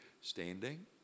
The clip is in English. standing